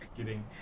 Kidding